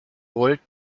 rollt